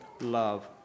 love